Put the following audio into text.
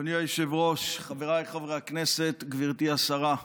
אדוני היושב-ראש, חבריי חברי הכנסת, גברתי השרה,